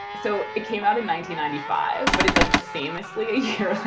so it came out in nineteen ninety five, but it's like famously a like